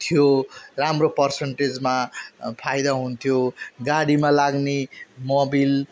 थियो राम्रो पर्सेन्टेजमा फाइदा हुन्थ्यो गाडीमा लाग्ने मबिल